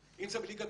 עממיות,